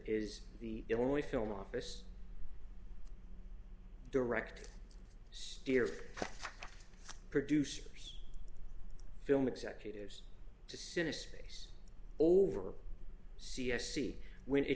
is the only film office direct steer producers film executives to send a space over c s c when it